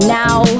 now